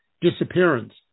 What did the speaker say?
disappearance